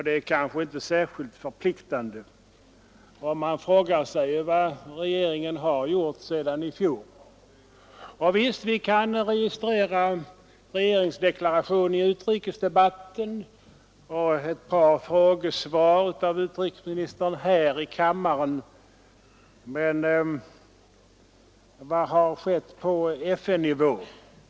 Det är kanske inte särskilt förpliktande, och man frågar sig vad regeringen gjort sedan i fjol. Visst kan vi registrera regeringsdeklarationen i utrikesdebatten och ett par interpellationssvar av utrikesministern här i kammaren, men vad har skett på FN-nivå?